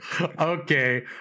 Okay